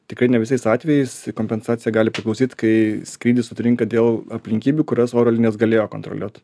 tikrai ne visais atvejais kompensacija gali priklausyt kai skrydis sutrinka dėl aplinkybių kurias oro linijos galėjo kontroliuot